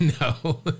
No